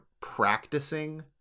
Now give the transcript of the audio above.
practicing